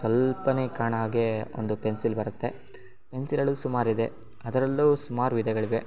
ಸ್ವಲ್ಪನೇ ಕಾಣೋ ಹಾಗೆ ಒಂದು ಪೆನ್ಸಿಲ್ ಬರುತ್ತೆ ಪೆನ್ಸಿಲಲ್ಲೂ ಸುಮಾರಿದೆ ಅದರಲ್ಲೂ ಸುಮಾರು ವಿಧಗಳಿವೆ